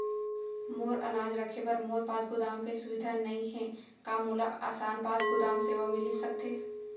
मोर अनाज रखे बर मोर पास गोदाम के सुविधा नई हे का मोला आसान पास गोदाम सेवा मिलिस सकथे?